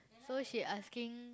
so she asking